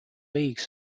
league